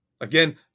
again